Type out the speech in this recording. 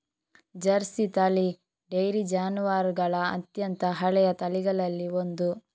Jersey ತಳಿ dairy ಜಾನುವಾರುಗಳ ಅತ್ಯಂತ ಹಳೆಯ ತಳಿಗಳಲ್ಲಿ ಒಂದು